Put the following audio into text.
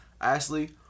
Ashley